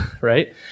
right